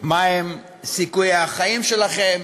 מהם סיכויי החיים שלכם,